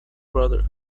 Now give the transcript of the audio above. brother